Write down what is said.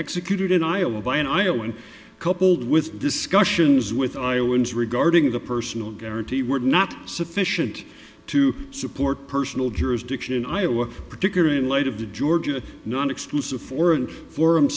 executed in iowa by an iowan coupled with discussions with iowans regarding the personal guarantee were not sufficient to support personal jurisdiction in iowa particularly in light of the georgia non exclusive foreign for